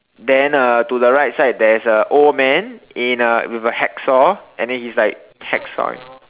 then uh to the right side there's a old man in a with a hacksaw and then he's like hack sorry